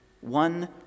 one